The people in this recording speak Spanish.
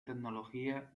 tecnología